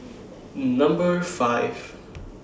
Number five